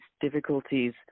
difficulties